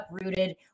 uprooted